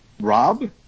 Rob